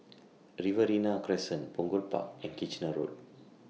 Riverina Crescent Punggol Park and Kitchener Road